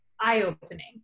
eye-opening